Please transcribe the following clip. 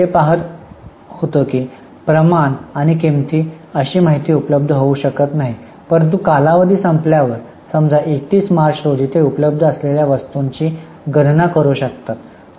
तर आपण येथे पहात होतो की प्रमाण आणि किंमती अशी माहिती उपलब्ध होऊ शकत नाही परंतु कालावधी संपल्यावर समजा 31 मार्च रोजी ते उपलब्ध असलेल्या वस्तूंची गणना करू शकतात